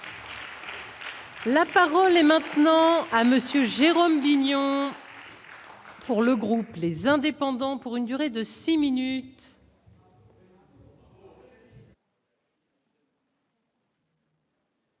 La parole est maintenant à Monsieur Jérôme Vignon. Pour le groupe, les indépendants, pour une durée de 6 minutes.